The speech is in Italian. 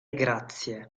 grazie